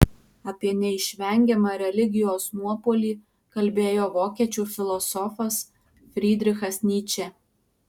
apie neišvengiamą religijos nuopuolį kalbėjo vokiečių filosofas frydrichas nyčė